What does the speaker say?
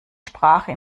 sprache